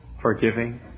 forgiving